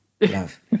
Love